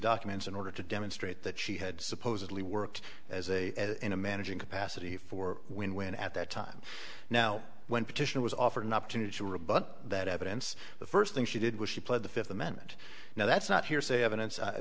documents in order to demonstrate that she had supposedly worked as a in a managing capacity for when when at that time now when petition was offered an opportunity to rebut that evidence the first thing she did was she pled the fifth amendment now that's not hearsay evidence